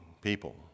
people